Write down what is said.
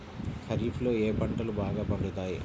ఖరీఫ్లో ఏ పంటలు బాగా పండుతాయి?